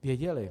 Věděli.